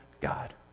God